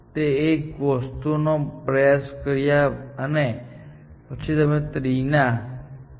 તમે એક વસ્તુ નો પ્રયાસ કર્યો અને પછી તમે ટ્રી ના આ ભાગ માં સર્ચ કરીને સમય બગાડી રહ્યા છો જે કામ કરી રહ્યુ નથી